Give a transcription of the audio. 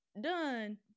done